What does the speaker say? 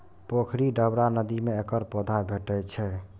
पोखरि, डबरा आ नदी मे एकर पौधा भेटै छैक